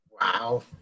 Wow